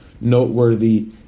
noteworthy